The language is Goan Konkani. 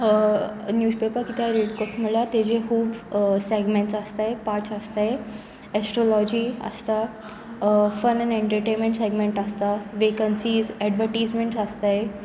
न्यूजपेपर कितें रीड करता म्हळ्यार तेजे खूब सेगमेंट्स आसताय पार्ट्स आसताय एस्ट्रोलॉजी आसता फन एड एनटरटेमेंट सेगमेंट आसता वेकन्सीज एडवर्टीजमेंट्स आसताय